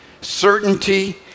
certainty